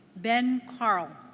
ben carl.